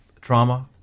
trauma